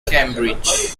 cambridge